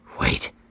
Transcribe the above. Wait